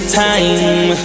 time